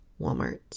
Walmart